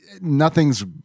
nothing's